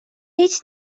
هیچ